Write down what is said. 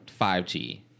5G